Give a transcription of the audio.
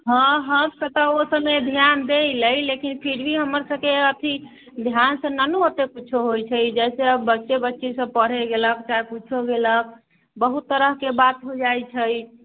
हँ ओ तऽ धिआन दैलै लेकिन फिर भी हमर सबके अथी धिआनसँ नहि ने ओतेक किछु होइ छै जइसे बच्चे बच्ची सब पढ़ै गेलक चाहे किछु गेलक बहुत तरहके बात हो जाइ छै